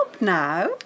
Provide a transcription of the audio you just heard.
now